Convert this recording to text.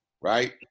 right